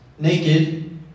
Naked